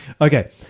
Okay